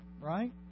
right